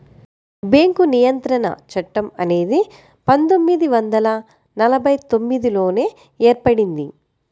bank నియంత్రణ చట్టం అనేది పందొమ్మిది వందల నలభై తొమ్మిదిలోనే ఏర్పడింది